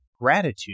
gratitude